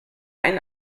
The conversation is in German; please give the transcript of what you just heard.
ein